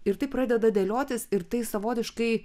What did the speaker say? ir tai pradeda dėliotis ir tai savotiškai